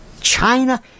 China